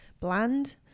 bland